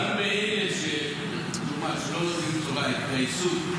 אם אלה לדוגמה שלא לומדים תורה יתגייסו,